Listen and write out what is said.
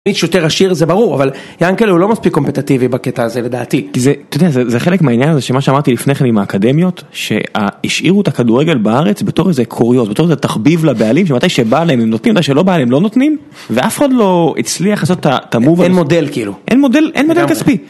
שהוא יותר עשיר זה ברור, אבל יענקל הוא לא מספיק קומפטטיבי בקטע הזה לדעתי. זה חלק מהעניין הזה שמה שאמרתי לפני כן עם האקדמיות, שהשאירו את הכדורגל בארץ בתור איזה קוריוז, בתור איזה תחביב לבעלים, שמתי שבא להם הם נותנים, מתי שלא בא להם הם לא נותנים, ואף אחד לא הצליח לעשות את המוב. אין מודל כאילו. אין מודל, אין מודל כספי.